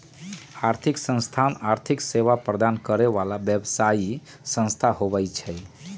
आर्थिक संस्थान आर्थिक सेवा प्रदान करे बला व्यवसायि संस्था सब होइ छै